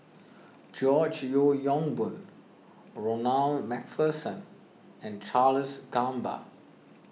George Yeo Yong Boon Ronald MacPherson and Charles Gamba